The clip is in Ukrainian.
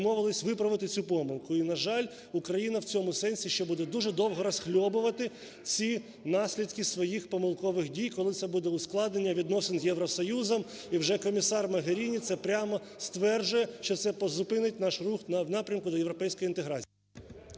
відмовились виправити цю помилку. І, на жаль, Україна в цьому сенсі ще буде дуже довго розхльобувати ці наслідки своїх помилкових дій, коли це буде ускладнення відносин з Євросоюзом, і вже Комісар Могеріні це прямо стверджує, що це призупинить наш рух в напрямку до європейської інтеграції.